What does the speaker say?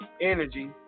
energy